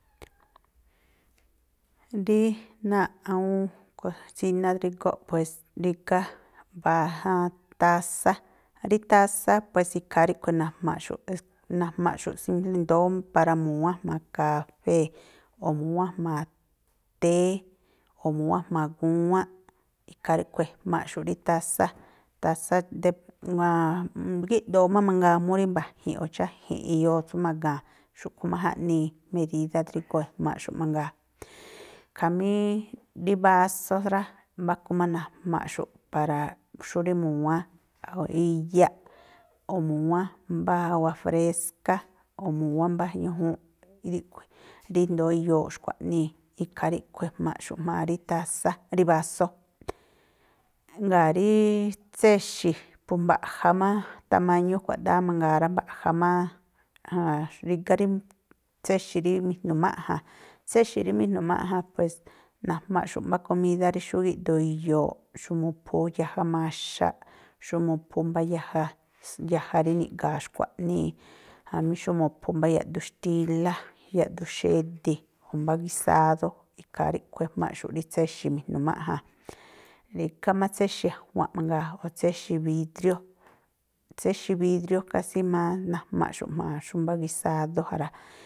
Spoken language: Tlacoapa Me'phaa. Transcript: Rí náa̱ꞌ awúún kosíná drígóꞌ pues, rígá ba tásá, rí tásá, pues ikhaa ríꞌkhui̱ najmaꞌxu̱ꞌ, najma̱ꞌxu̱ i̱ndóó para mu̱wán jma̱a kafée̱ o̱ mu̱wán jma̱a téé, o̱ mu̱wán jma̱a gúwánꞌ, ikhaa ríꞌkhui̱ ejmaꞌxu̱ꞌ rí tásá, tásá gíꞌdoo má mangaa mú rí mba̱ji̱nꞌ o̱ cháji̱nꞌ iyoo tsú ma̱ga̱a̱n, xúꞌkhui̱ má jaꞌnii medídá drígóo̱ ejmaꞌxu̱ꞌ mangaa. Khamí rí básós rá, mbáku má najmaꞌxu̱ꞌ para xú rí mu̱wán iyaꞌ o̱ mu̱wán mbá awa fréská, o̱ mu̱wán mbá ñújuunꞌ rí i̱ndóó iyooꞌ xkua̱ꞌnii, ikhaa ríꞌkhui̱ ejmaꞌxu̱ꞌ jma̱a rí tásá, rí básó. Jngáa̱ rí tséxi̱, po mbaꞌja má tamáñú kuáꞌdáá mangaa rá, mbaꞌja má rígá rí tséxi̱ rí mi̱jnu̱máꞌja̱n, tséxi̱ rí mi̱jnu̱máꞌja̱n, pues najma̱ꞌxu̱ꞌ mbá komídá rí xú gíꞌdoo iyooꞌ, xú mu̱phú yaja maxaꞌ, xú mu̱phú mbá yaja yaja rí niꞌga̱a̱ xkua̱ꞌnii, jamí xú mu̱phú mbá yaꞌduun xtílá, yaꞌduun xedi̱, o̱ mbá gisádó. Ikhaa ríꞌkhui̱ ejmaꞌxu̱ꞌ rí tséxi̱ mi̱jnu̱ꞌmáꞌja̱n. Rígá má tséxi̱ a̱jua̱nꞌ mangaa, o̱ tséxi̱ vídrió. Tséxi̱ vidrió, kásí má najmaꞌxu̱ꞌ jma̱a xú mbá gisádó ja rá.